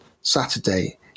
Saturday